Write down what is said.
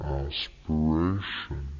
aspiration